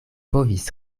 povis